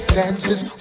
dances